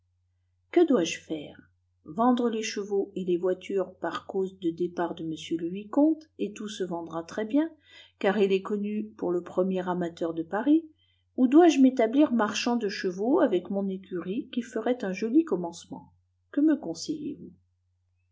que dois-je faire vendre les chevaux et les voitures par cause de départ de m le vicomte et tout se vendra très-bien car il est connu pour le premier amateur de paris ou dois-je m'établir marchand de chevaux avec mon écurie qui ferait un joli commencement que me